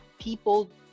people